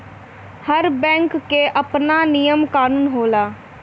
हर bank कअ आपन नियम कानून होला